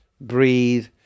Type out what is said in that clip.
breathe